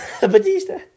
Batista